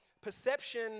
perception